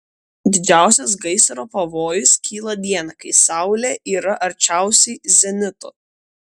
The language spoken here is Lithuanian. didžiausias gaisro pavojus kyla dieną kai saulė yra arčiausiai zenito